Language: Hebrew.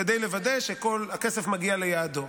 כדי לוודא שכל הכסף מגיע ליעדו.